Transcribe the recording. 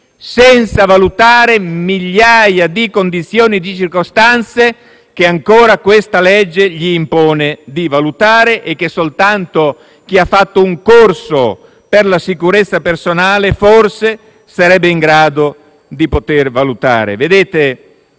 senza valutare migliaia di condizioni e di circostanze che ancora questa legge impone loro di valutare e che soltanto chi ha fatto un corso per la sicurezza personale, forse, sarebbe in grado di valutare. Vedete,